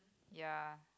ya